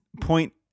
point